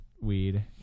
weed